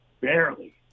Barely